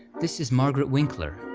this is margaret winkler.